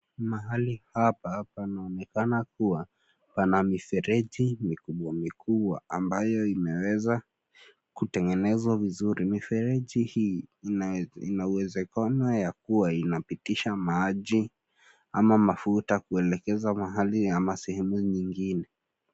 Mahali hapa panaonekana kuwa pana mifereji mikubwa mikubwa ambayo imeweza kutengenezwa vizuri. Mifereji hii ina uwezekano ya kuwa inapitisha maji au mafuta kuelekeza mahali au sehemu nyingine.